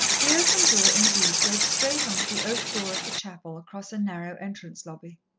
the open door, indeed, gave straight on to the oak door of the chapel across a narrow entrance lobby.